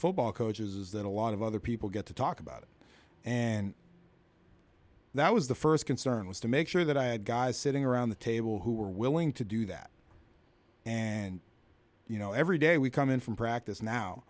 football coaches is that a lot of other people get to talk about it and that was the first concern was to make sure that i had guys sitting around the table who were willing to do that and you know every day we come in from practice now